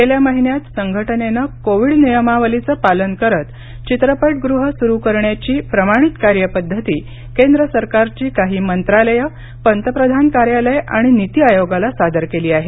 गेल्या महिन्यात संघटनेनं कोविड नियमावलीचं पालन करत चित्रपटगृहं सुरू करण्याची प्रमाणित कार्यपद्धती केंद्र सरकारची काही मंत्रालयं पंतप्रधान कार्यालय आणि नीती आयोगाला सादर केली आहे